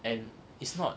and it's not